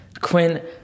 Quinn